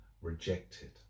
rejected